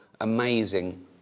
amazing